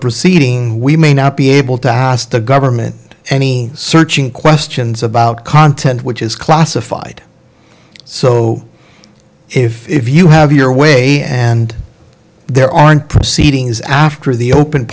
proceeding we may not be able to ask the government any searching questions about content which is classified so if you have your way and there are in proceedings after the open